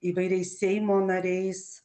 įvairiais seimo nariais